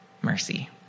mercy